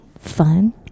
fun